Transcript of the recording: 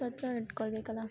ಸ್ವಚ್ಛವಾಗಿ ಇಟ್ಕೊಳ್ಬೇಕಲ್ವ